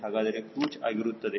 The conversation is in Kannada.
ಹಾಗಾದರೆ ಕ್ರೂಜ್ ಆಗಿರುತ್ತದೆ